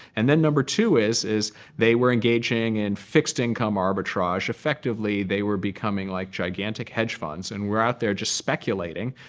and then number two is, is they were engaging in and fixed income arbitrage. effectively, they were becoming like gigantic hedge funds and we're out there just speculating,